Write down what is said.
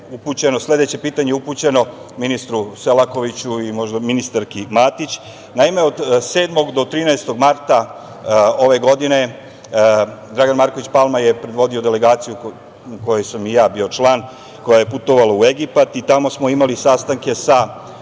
sledeće pitanje je upućeno ministru Selakoviću i možda ministarki Matić. Naime, od sedmog do 13. marta ove godine, Dragan Marković Palma je vodio delegaciju, u kojoj sam i ja bio član, koja je putovala u Egipat i tamo smo imali sastanke sa